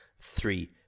three